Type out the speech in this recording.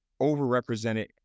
overrepresented